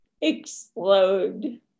explode